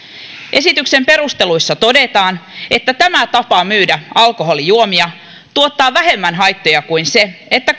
esityksen perusteluissa todetaan että tämä tapa myydä alkoholijuomia tuottaa vähemmän haittoja kuin se että